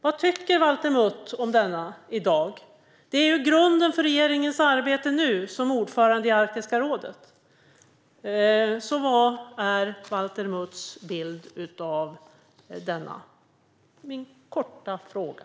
Vad tycker Valter Mutt om den i dag? Den är grunden för regeringens arbete nu som ordförande i Arktiska rådet. Vad är alltså Valter Mutts bild av denna strategi?